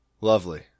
Lovely